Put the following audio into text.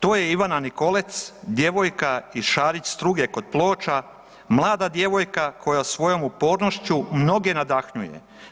To je Ivana Nikolec, djevojka iz Šarić Struge kod Ploča, mlada djevojka koja svojom upornošću mnoge nadahnjuje.